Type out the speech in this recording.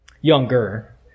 younger